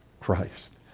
Christ